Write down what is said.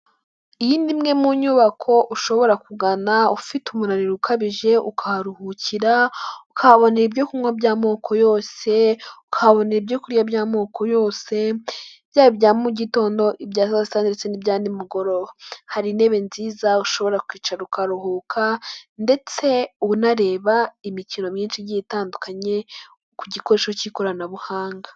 Iyi ni imwe mu nyubako ushobora kugana ufite umunaniro ukabije ukaharuhukira, ukahabonera ibyo kunywa by'amoko yose, ukahabonera ibyo kurya by'amoko yose, byaba ibya mugitondo, ibya saa site ndetse n'ibya nimugoroba, hari intebe nziza ushobora kwicara ukaruhuka ndetse unareba imikino myinshi igiye itandukanye ku gikoresho k'ikoranabuhanga.